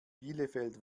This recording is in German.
bielefeld